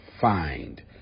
find